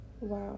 wow